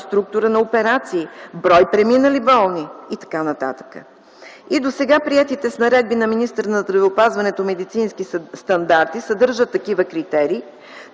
структура на операции, брой преминали болни и т.н. И досега приетите с наредби на министъра на здравеопазването медицински стандарти съдържат такива критерии.